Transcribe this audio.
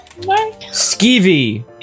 Skeevy